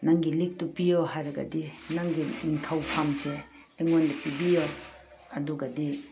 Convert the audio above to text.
ꯅꯪꯒꯤ ꯂꯤꯛꯇꯨ ꯄꯤꯌꯣ ꯍꯥꯏꯔꯒꯗꯤ ꯅꯪꯒꯤ ꯅꯤꯡꯊꯧ ꯐꯝꯁꯦ ꯑꯩꯉꯣꯟꯗ ꯄꯤꯕꯤꯌꯣ ꯑꯗꯨꯒꯗꯤ